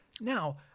Now